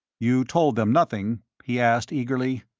you told them nothing? he asked, eagerly.